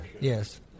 Yes